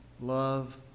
Love